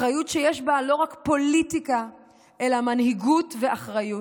אחריות שיש בה לא רק פוליטיקה אלא מנהיגות ואחריות.